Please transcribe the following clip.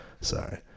Sorry